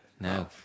No